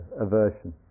aversion